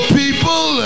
people